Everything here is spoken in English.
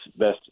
best